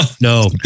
no